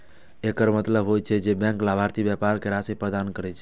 एकर मतलब होइ छै, जे बैंक लाभार्थी व्यापारी कें राशि प्रदान करै छै